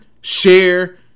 share